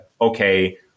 okay